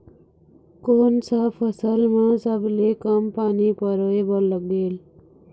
कोन सा फसल मा सबले कम पानी परोए बर लगेल?